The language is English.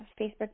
Facebook